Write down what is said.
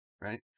right